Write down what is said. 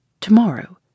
Tomorrow